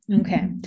Okay